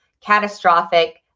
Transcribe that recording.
catastrophic